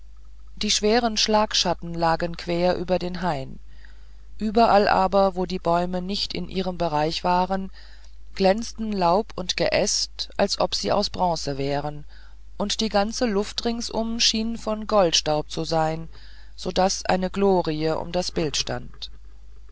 die schweren schlagschatten lagen quer über den hain überall aber wo die bäume nicht in ihrem bereich waren glänzten laub und geäst als ob sie aus bronze wären und die ganze luft ringsum schien voll von goldstaub zu sein so daß eine glorie um das bild stand